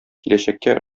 киләчәккә